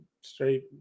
straight